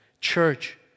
church